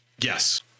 Yes